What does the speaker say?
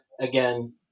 again